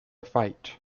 fight